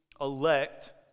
elect